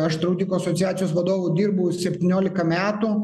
aš draudikų asociacijos vadovu dirbau septyniolika metų